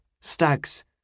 stags